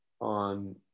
on